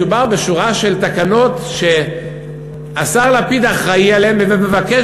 מדובר בשורה של תקנות שהשר לפיד אחראי להן ומבקש